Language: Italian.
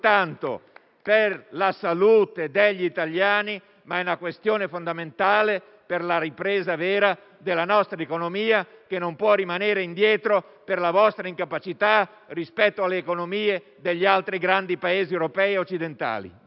per la salute degli italiani, ma anche per la ripresa vera della nostra economia, che non può rimanere indietro, a causa della vostra incapacità, rispetto alle economie degli altri grandi Paesi europei e occidentali.